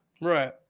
Right